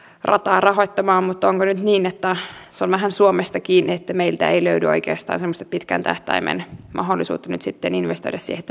minä en ole viemässä keskustelua muihin asioihin vaan nimenomaan nämä välikysyjät jotka itse haluavat päästä karkuun tekemäänsä poliittista virhettä